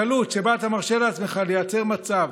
הקלות שבה אתה מרשה לעצמך לייצר מצב